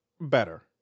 Better